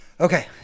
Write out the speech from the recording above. Okay